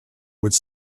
would